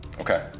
Okay